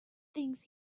things